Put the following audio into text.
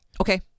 Okay